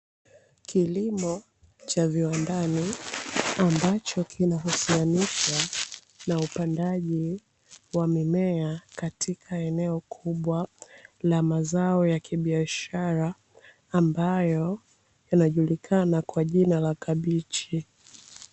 Kilimo cha viwandani ambacho kinahusianisha na upandaji ,wa mimea katika eneo kubwa, la mazao ya kibiashara, ambayo yanajulikana kwa jina la kabichi.